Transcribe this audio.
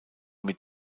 mit